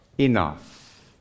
enough